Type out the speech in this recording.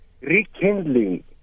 rekindling